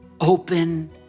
Open